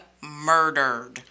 murdered